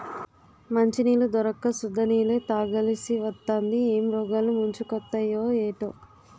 మంచినీళ్లు దొరక్క సుద్ద నీళ్ళే తాగాలిసివత్తాంది ఏం రోగాలు ముంచుకొత్తయే ఏటో